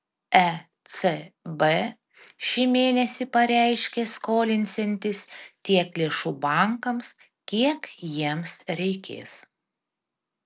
ecb šį mėnesį pareiškė skolinsiantis tiek lėšų bankams kiek jiems reikės